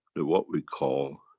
the what we call,